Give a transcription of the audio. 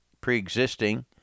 pre-existing